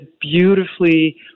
beautifully